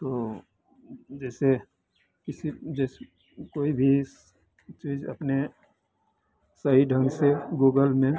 तो जैसे किसी जैसे कोई भी चीज़ अपने सही ढंग से गूगल में